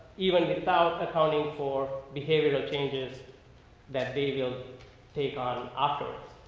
even without accounting for behavioral changes that they will take on afterwards.